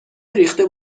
ریخته